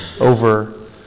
over